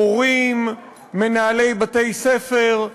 מורים, מנהלי בתי-ספר.